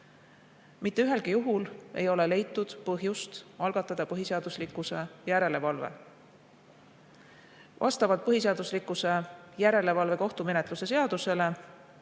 Mitte ühelgi juhul ei ole leitud põhjust algatada põhiseaduslikkuse järelevalve. Vastavalt põhiseaduslikkuse järelevalve kohtumenetluse seadusele